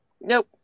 Nope